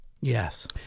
Yes